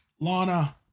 Lana